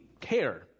care